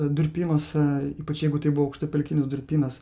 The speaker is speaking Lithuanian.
durpynuose ypač jeigu tai buvo aukštapelkinis durpynas